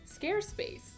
ScareSpace